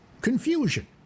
confusion